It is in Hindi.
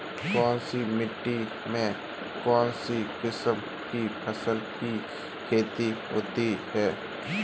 कौनसी मिट्टी में कौनसी किस्म की फसल की खेती होती है?